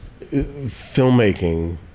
filmmaking